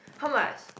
how much